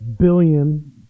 billion